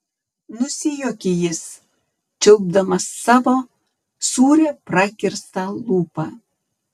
nusijuokė jis čiulpdamas savo sūrią prakirstą lūpą